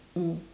mm